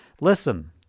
Listen